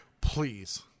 please